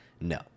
No